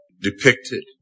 depicted